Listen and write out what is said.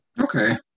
Okay